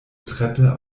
treppe